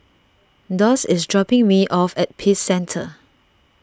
Doss is dropping me off at Peace Centre